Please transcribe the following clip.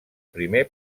primer